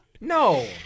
No